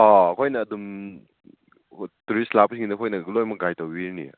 ꯑꯥ ꯑꯩꯈꯣꯏꯅ ꯑꯗꯨꯝ ꯇꯨꯔꯤꯁ ꯂꯥꯛꯄꯁꯤꯡꯗ ꯑꯩꯈꯣꯏꯅ ꯂꯣꯏꯅꯃꯛ ꯒꯥꯏꯗ ꯇꯧꯕꯤꯔꯅꯤ